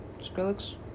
Skrillex